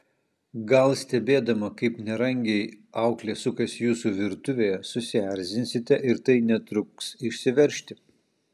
gal stebėdama kaip nerangiai auklė sukasi jūsų virtuvėje susierzinsite ir tai netruks išsiveržti